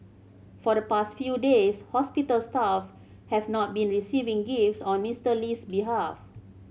for the past few days hospital staff have not been receiving gifts on Mister Lee's behalf